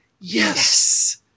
yes